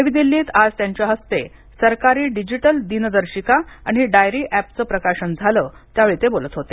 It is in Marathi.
नवी दिल्लीत आज त्यांच्या हस्ते सरकारी डिजिटल दिनदर्शिका आणि डायरी एपचं प्रकाशन झालं त्यावेळी ते बोलत होते